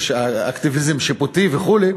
"אקטיביזם שיפוטי" וכו'